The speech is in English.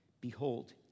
behold